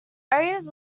areas